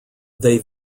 they